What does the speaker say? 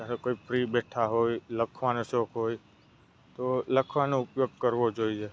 નકર કોઈ ફ્રી બેઠા હોય લખવાનો શોખ હોય તો લખવાનો ઉપયોગ કરવો જોઈએ